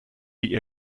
die